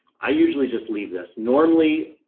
i usually just leave this normally.